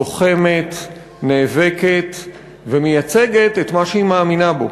לוחמת, נאבקת ומייצגת את מה שהיא מאמינה בו.